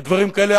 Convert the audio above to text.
כי דברים כאלה,